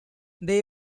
then